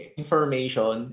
information